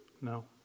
No